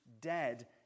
dead